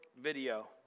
video